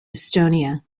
estonia